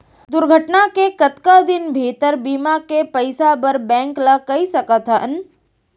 दुर्घटना के कतका दिन भीतर बीमा के पइसा बर बैंक ल कई सकथन?